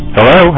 Hello